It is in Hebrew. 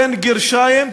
בין גרשיים,